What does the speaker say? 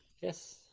Yes